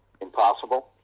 impossible